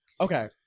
Okay